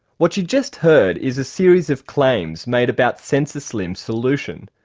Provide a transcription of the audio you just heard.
what you just heard is a series of claims made about sensaslim solution,